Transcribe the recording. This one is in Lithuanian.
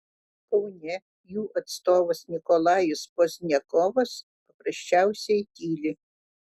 kaune jų atstovas nikolajus pozdniakovas paprasčiausiai tyli